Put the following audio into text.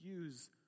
use